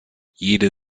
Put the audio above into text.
jede